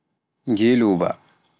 Jelooba